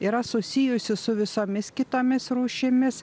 yra susijusi su visomis kitomis rūšimis